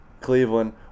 Cleveland